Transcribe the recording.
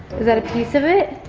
is that a piece of it?